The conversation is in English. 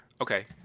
Okay